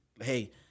hey